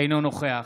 אינו נוכח